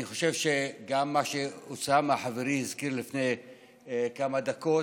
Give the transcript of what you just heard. אני חושב שגם מה שאוסאמה חברי הזכיר לפני כמה דקות,